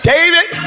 David